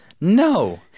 no